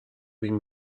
vint